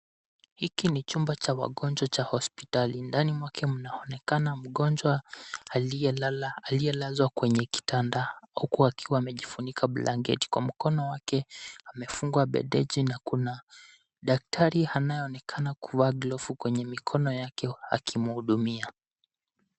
Hiki ni chumba cha wagonjwa cha hospitali. Ndani mwake mnaonekana mgonjwa aliyelazwa kwenye kitanda huku akiwa akiwa amejifunika blanketi. Kwa mkono wake amefungwa bendeji na kuna daktari anayeonekana kuvaa glovu kwenye mkono wake akimhudumia.